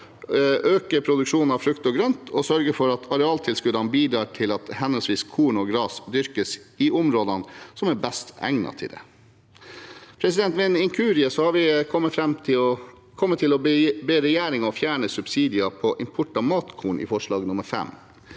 øke produksjonen av frukt og grønt og sørge for at arealtilskuddene bidrar til at henholdsvis korn og gras dyrkes i områdene som er best egnet til det. Ved en inkurie har vi kommet til å be regjeringen fjerne subsidier på import av matkorn, i forslag nr.